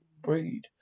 breed